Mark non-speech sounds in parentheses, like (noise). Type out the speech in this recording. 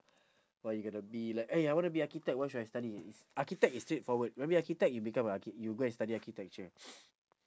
what you gonna be like eh I wanna be architect what should I study if architect is straightforward maybe architect you become a archi~ you go and study architecture (noise)